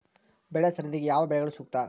ಬೆಳೆ ಸರದಿಗೆ ಯಾವ ಬೆಳೆಗಳು ಸೂಕ್ತ?